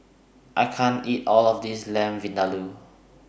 I can't eat All of This Lamb Vindaloo